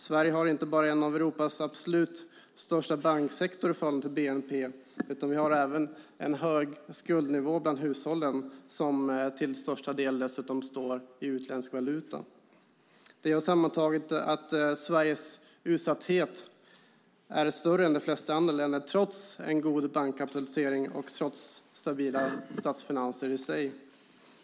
Sverige har inte bara en av Europas absolut största banksektorer i förhållande till bnp, utan även en hög skuldnivå bland hushållen som till största delen dessutom står i utländsk valuta. Det gör sammantaget att Sveriges utsatthet är större än de flesta andra länders, trots en god bankkapitalisering och trots stabila statsfinanser i sig.